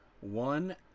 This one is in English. One